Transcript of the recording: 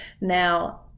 now